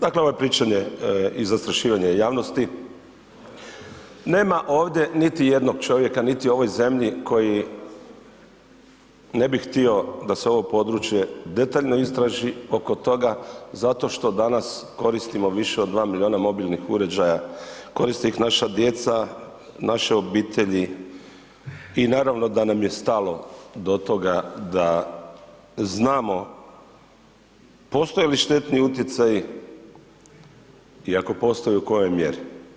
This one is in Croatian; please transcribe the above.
Dakle, ovo je pričanje i zastrašivanje javnosti, nema ovdje niti jednog čovjeka niti u ovoj zemlji koji ne bi htio da se ovo područje detaljno istraži oko toga zato što danas koristimo više od 2 milijuna mobilnih uređaja, koriste ih naša djeca, naše obitelji i naravno da nam je stalo do toga da znamo postoje li štetni utjecaji i ako postoje u kojoj mjeri.